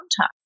time